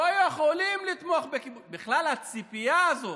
לא יכולים לתמוך בכיבוש, בכלל הציפייה הזו